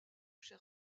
cher